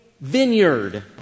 vineyard